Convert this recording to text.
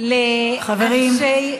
לאנשי הוועדה,